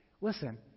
Listen